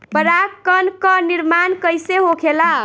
पराग कण क निर्माण कइसे होखेला?